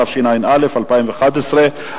התשע"א 2011,